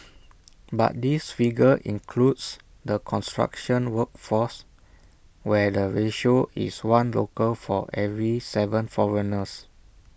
but this figure includes the construction workforce where the ratio is one local for every Seven foreigners